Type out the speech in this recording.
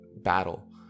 battle